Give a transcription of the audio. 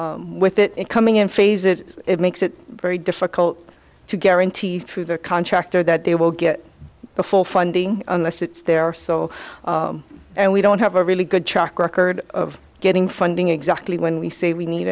programme with it coming in phases it makes it very difficult to guarantee through their contractor that they will get the full funding unless it's there or so and we don't have a really good track record of getting funding exactly when we say we need